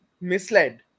misled